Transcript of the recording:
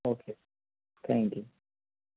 okay thank you